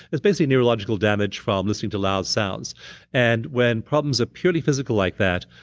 it's basically necrological damage from listening to loud sounds and when problems are purely physical like that,